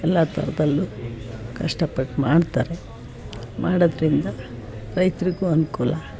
ಎಲ್ಲ ಥರದಲ್ಲೂ ಕಷ್ಟಪಟ್ಟು ಮಾಡ್ತಾರೆ ಮಾಡೋದ್ರಿಂದ ರೈತರಿಗೂ ಅನುಕೂಲ